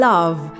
Love